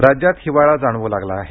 हवामान राज्यात हिवाळा जाणवू लागला आहे